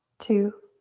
two,